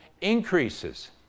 increases